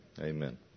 Amen